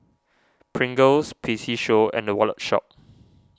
Pringles P C Show and the Wallet Shop